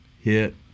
hit